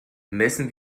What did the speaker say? messen